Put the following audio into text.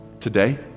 today